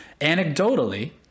anecdotally